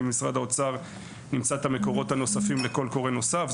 למשרד האוצר נמצא את המקורות הנוספים לקול קורא נוסף.